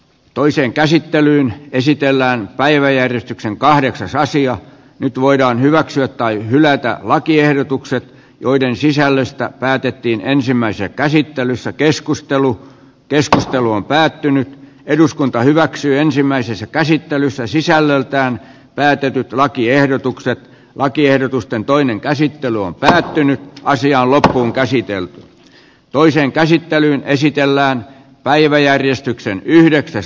toiseen käsittelyyn esitellään päiväjärjestyksen kahdeksasosia nyt voidaan hyväksyä tai hylätä lakiehdotus jonka sisällöstä päätettiin ensimmäisessä käsittelyssä keskustelu keskustelu on päättynyt eduskunta hyväksyi ensimmäisessä käsittelyssä sisällöltään päätetyt lakiehdotukset lakiehdotusten toinen käsittely on päättynyt naisia loppuunkäsitelty ja toisen käsittelyn esitellään päiväjärjestyksen yhdeksäs